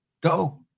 go